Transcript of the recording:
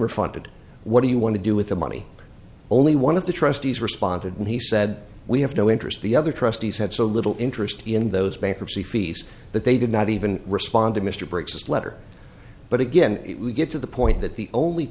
refunded what do you want to do with the money only one of the trustees responded and he said we have no interest the other trustees had so little interest in those bankruptcy fees that they did not even respond to mr briggs's letter but again we get to the point that the only